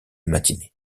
matinée